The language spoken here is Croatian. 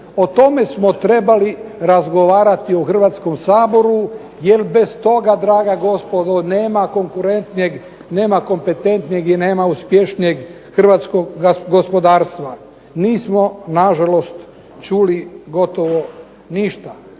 O tome smo trebali razgovarati u Hrvatskom saboru jer bez toga draga gospodo nema konkurentnijeg, nema kompetentnijeg i nema uspješnijeg hrvatskog gospodarstva. Nismo nažalost čuli gotovo ništa